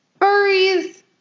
furries